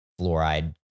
Fluoride